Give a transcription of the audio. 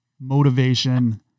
motivation